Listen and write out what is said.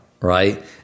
right